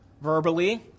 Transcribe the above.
verbally